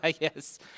Yes